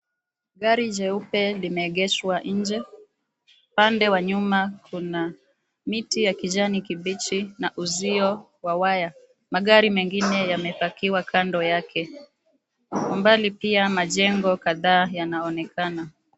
Gari jeupe limeegeshwa nje. Upande wa nyuma kuna miti ya kijani kibichi na uzio wa waya. Magari mengine yamepakiwa kando yake. Kwa umbali pia majengo kadhaa yanaonekana.